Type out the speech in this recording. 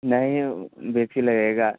नहीं बीस ही लगेगा